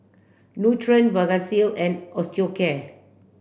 Nutren Vagisil and Osteocare